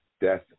Death